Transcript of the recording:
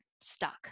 stuck